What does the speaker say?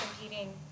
competing